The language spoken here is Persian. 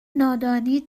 نادانی